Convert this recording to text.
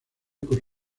por